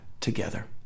together